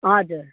हजुर